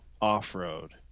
off-road